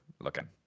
looking